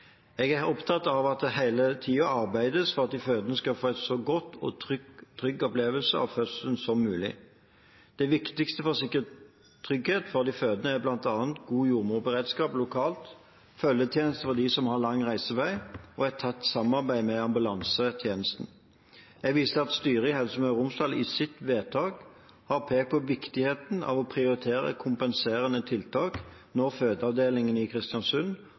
Jeg er opptatt av at det hele tiden arbeides for at de fødende skal få en så god og trygg opplevelse av fødselen som mulig. Det viktigste for å sikre trygghet for de fødende er bl.a. god jordmorberedskap lokalt, følgetjeneste for dem som har lang reisevei, og et tett samarbeid med ambulansetjenesten. Jeg viser til at styret i Helse Møre og Romsdal i sitt vedtak har pekt på viktigheten av å prioritere kompenserende tiltak når fødeavdelingene i Kristiansund